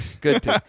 Good